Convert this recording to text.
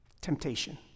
Temptation